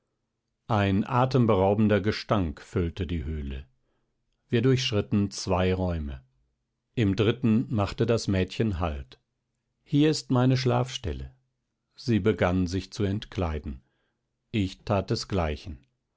ein atemberaubender gestank füllte die höhle wir durchschritten zwei räume im dritten machte das mädchen halt hier ist meine schlafstelle sie begann sich zu entkleiden ich tat desgleichen